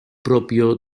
propio